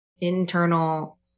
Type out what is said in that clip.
internal